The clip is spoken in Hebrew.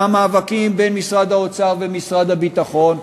והמאבקים בין משרד האוצר למשרד הביטחון,